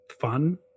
fun